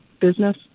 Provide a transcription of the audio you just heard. business